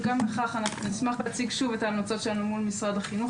וגם לכך נשמח להציג שוב את ההמלצות שלנו מול משרד החינוך.